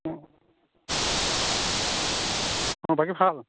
অ বাকী ভাল